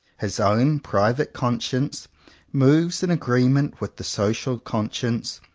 his own private conscience moves in agreement with the social conscience,